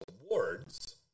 Awards